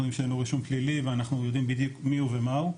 יודעים שאין לו רישום פלילי ואנחנו יודעים בדיוק מי הוא ומה הוא,